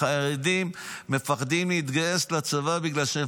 החרדים מפחדים להתגייס לצבא בגלל שהם